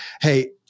Hey